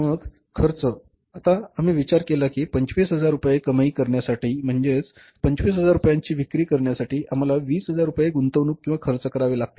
मग खर्च आता आम्ही विचार केला की 25000 रुपये कमाई करण्यासाठी कमाई म्हणजे 25000 रुपयांची विक्री आहे आम्हाला 20000 रुपये गुंतवणूक किंवा खर्च करावे लागतील